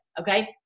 okay